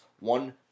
one